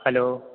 hello